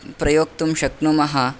प्रयोक्तुं शक्नुमः